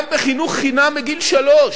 גם חינוך חינם מגיל שלוש,